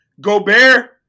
Gobert